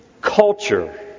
culture